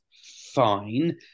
Fine